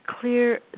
clear